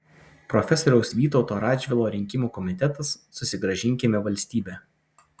profesoriaus vytauto radžvilo rinkimų komitetas susigrąžinkime valstybę